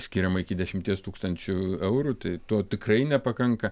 skiriama iki dešimties tūkstančių eurų tai to tikrai nepakanka